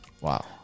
Wow